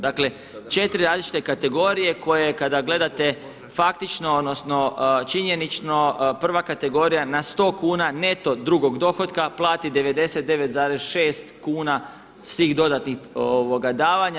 Dakle, četiri različite kategorije koje kada gledate faktično, odnosno činjenično prva kategorija na sto kuna neto drugog dohotka plati 99,6 kuna svih dodatnih davanja.